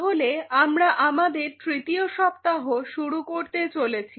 তাহলে আমরা আমাদের তৃতীয় সপ্তাহ শুরু করতে চলেছি